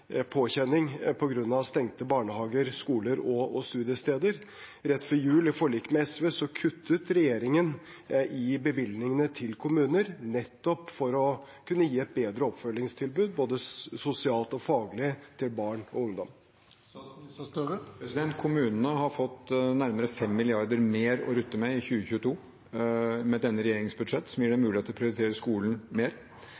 påkjenning på grunn av stengte barnehager, skoler og studiesteder. Rett før jul, i forliket med SV, kuttet regjeringen i bevilgningene til kommuner, som nettopp kunne gi et bedre oppfølgingstilbud både sosialt og faglig til barn og ungdom. Kommunene har fått nærmere 5 mrd. kr mer å rutte med i 2022 med denne regjeringens budsjett, noe som